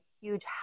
huge